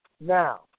Now